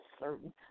certain